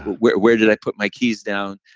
where where did i put my keys down?